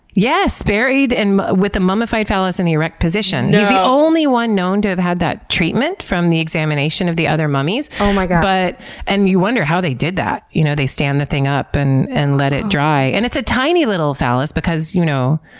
yes! buried in with a mummified phallus in the erect position. no! he's yeah the only one known to have had that treatment, from the examination of the other mummies. um like but and you wonder how they did that, you know. they stand the thing up and and let it dry. and it's a tiny little phallus because, you know,